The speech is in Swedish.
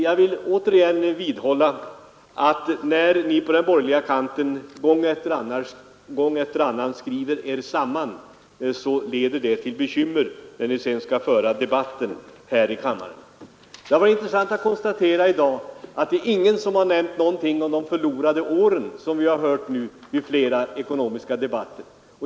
Jag vill fortfarande vidhålla att när ni på den borgerliga kanten gång efter annan skriver er samman, leder det till bekymmer när ni sedan skall föra debatten här i kammaren. Det visar edra inlägg. Det har varit intressant att konstatera att ingen i dag har nämnt någonting om ”de förlorade åren”, som vi tidigare har hört talas om i flera ekonomiska debatter.